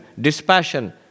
dispassion